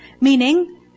Meaning